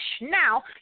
now